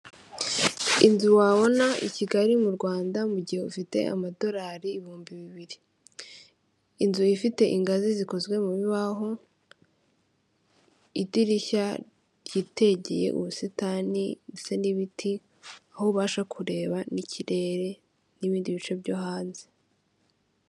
Inzu wabona i Kigali mu Rwanda mu gihe ufite amadolari ibihumbi bibiri. Inzu ifite ingazi zikozwe mu bibaho, idirishya ryitegeye ubusitani ndetse n'ibiti aho ubasha kureba n'ikirere n'ibindi bice byo hanze.